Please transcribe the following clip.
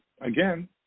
again